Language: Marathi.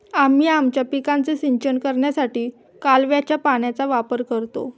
आम्ही आमच्या पिकांचे सिंचन करण्यासाठी कालव्याच्या पाण्याचा वापर करतो